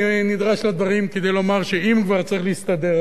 אני נדרש לדברים כדי לומר שאם כבר צריך להסתדר,